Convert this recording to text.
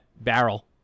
barrel